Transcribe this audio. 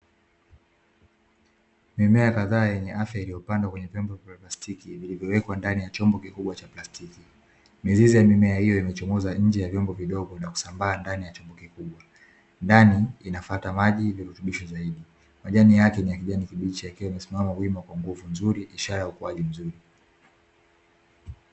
Mimea kadhaa yenye afya iliyopandwa kwenye vyombo vya plastiki, vilivyowekwa ndani ya chombo kikubwa cha plastiki. Mizizi ya mimea hiyo imechomoza nje ya vyombo vidogo, na kusambaa ndani ya chombo kikubwa. Ndani inafata maji yenye virutubisho zaidi, majani yake ni ya kijani kibichi yakiwa yamesimama wima kwa nguvu nzuri ishara ya ukuaji mzuri.